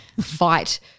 fight